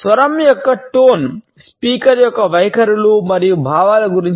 స్వరం యొక్క టోన్ లక్షణాలతో వ్యాఖ్యానాన్ని